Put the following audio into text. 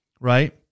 right